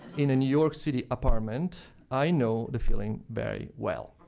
in a new york city apartment, i know the feeling very well.